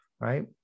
right